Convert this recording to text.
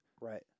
Right